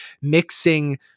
mixing